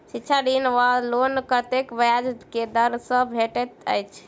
शिक्षा ऋण वा लोन कतेक ब्याज केँ दर सँ भेटैत अछि?